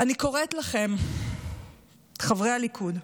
אני קוראת לכם, חברי סיעת הליכוד,